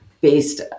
based